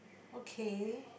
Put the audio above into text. okay